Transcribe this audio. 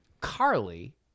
Carly